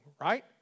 right